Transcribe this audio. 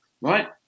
Right